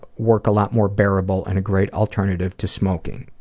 work a lot more bearable and a great alternative to smoking.